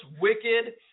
wicked